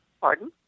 pardon